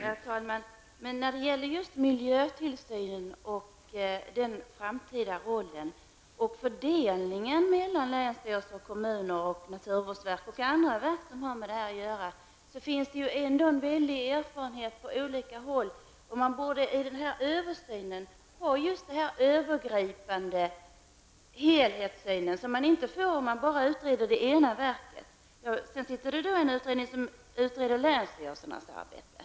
Herr talman! När det gäller miljötillsynen och den framtida rollen och fördelningen och länsstyrelser, kommuner, naturvårdsverk mellan andra verk, finns det en stor erfarenhet på olika håll. Man borde i översynen ha denna övergripande helhetssyn som man inte får om endast ett verk utreds. Det finns visserligen en annan utredning som utreder länsstyrelsernas arbete.